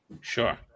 Sure